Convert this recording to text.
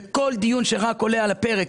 ובכל דיון שעולה על הפרק,